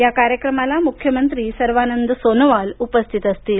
या कार्यक्रमाला मुख्यमंत्री सर्वानंद सोनोवाल उपस्थित असतील